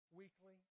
weekly